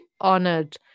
honored